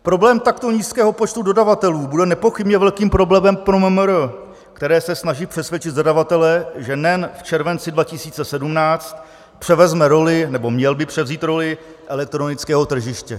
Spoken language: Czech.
Problém takto nízkého počtu dodavatelů bude nepochybně velkým problémem pro MMR, které se snaží přesvědčit zadavatele, že NEN v červenci 2017 převezme roli, nebo měl by převzít roli, elektronického tržiště.